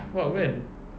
what when